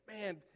man